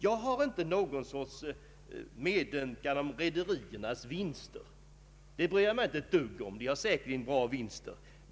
Jag hyser ingen medömkan med rederierna beträffande deras vinster. Jag bryr mig inte ett dugg om dem, de har säkerligen bra vinster.